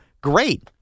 great